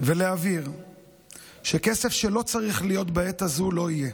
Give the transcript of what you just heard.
ולהבהיר שכסף שלא צריך להיות בעת הזו, לא יהיה.